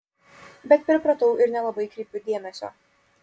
bet pripratau ir nelabai kreipiu dėmesio